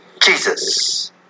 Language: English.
Jesus